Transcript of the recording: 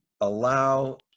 allow